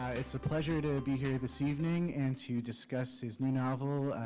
it's a pleasure to be here this evening and to discuss his new novel,